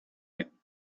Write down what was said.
him